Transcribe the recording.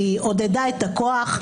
היא עודדה את הכוח.